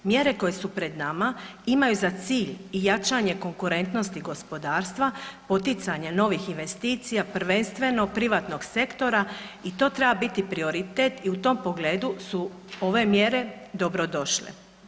Mjere koje su pred nama imaju za cilj i jačanje konkurentnosti gospodarstva, poticanje novih investicija, prvenstveno privatnog sektora i to treba biti prioritet i u tom pogledu su ove mjere dobrodošle.